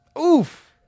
Oof